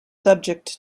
subject